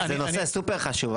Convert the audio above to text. זה נושא סופר חשוב.